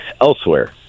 elsewhere